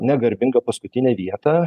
negarbingą paskutinę vietą